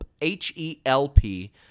H-E-L-P